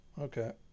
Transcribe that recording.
Okay